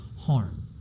harm